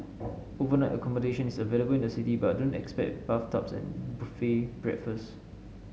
overnight accommodation is available in the city but don't expect bathtubs and buffet breakfasts